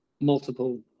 multiple